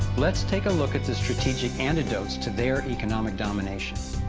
let's take a look at the strategic antidotes to their economic domination.